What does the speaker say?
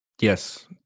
yes